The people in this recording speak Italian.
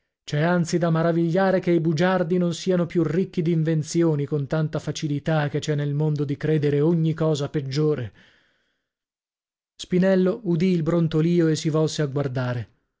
c'è anzi da maravigliare che i bugiardi non siano più ricchi d'invenzioni con tanta facilità che c'è nel mondo di credere ogni cosa peggiore spinello udì il brontolio e si volse a guardare